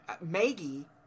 Maggie